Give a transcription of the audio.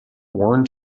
worn